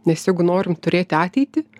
nes jeigu norim turėti ateitį